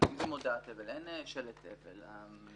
אין שלט אבל.